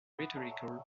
rhetorical